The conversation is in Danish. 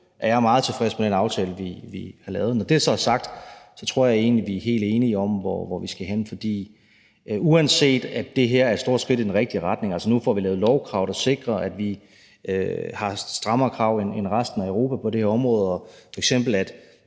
er jeg meget tilfreds med den aftale, vi har lavet. Når det så er sagt, tror jeg egentlig, vi er helt enige om, hvor vi skal hen. Det her er et stort skridt i den rigtige retning – altså, nu får vi lavet lovkrav, der sikrer, at vi har strammere krav end resten af Europa på det her område, og f.eks. at